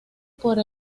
por